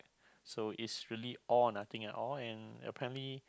so it's really all or nothing at all and apparently